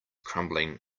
crumbling